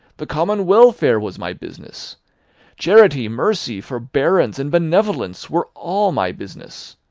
the common welfare was my business charity, mercy, forbearance, and benevolence, were, all, my business.